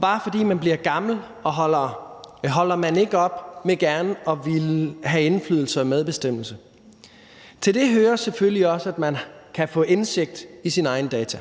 Bare fordi man bliver gammel, holder man ikke op med gerne at ville have indflydelse og medbestemmelse. Til det hører selvfølgelig også, at man kan få indsigt i sine egne data.